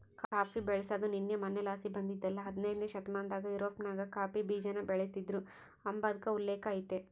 coffee ಬೆಳ್ಸಾದು ನಿನ್ನೆ ಮನ್ನೆಲಾಸಿ ಬಂದಿದ್ದಲ್ಲ ಹದನೈದ್ನೆ ಶತಮಾನದಾಗ ಯುರೋಪ್ನಾಗ ಕಾಫಿ ಬೀಜಾನ ಬೆಳಿತೀದ್ರು ಅಂಬಾದ್ಕ ಉಲ್ಲೇಕ ಐತೆ